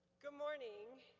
good morning,